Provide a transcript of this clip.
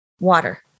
water